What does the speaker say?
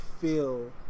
feel